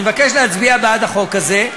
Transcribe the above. אני מבקש להצביע בעד החוק הזה,